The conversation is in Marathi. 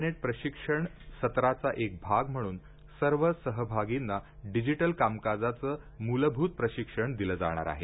ई कॅबिनेट प्रशिक्षण सत्राचा एक भाग म्हणून सर्व सहभागींना डिजिटल कामकाजाचं मूलभूत प्रशिक्षण दिलं जाणार आहे